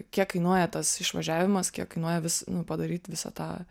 kiek kainuoja tas išvažiavimas kiek kainuoja vis padaryt visą tą